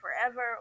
forever